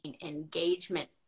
engagement